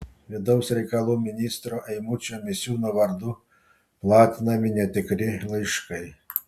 vidaus reikalų ministro eimučio misiūno vardu platinami netikri laiškai